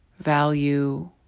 value